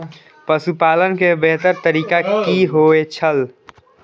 पशुपालन के बेहतर तरीका की होय छल?